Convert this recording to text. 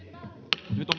nyt